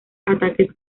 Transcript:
ataques